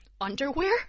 underwear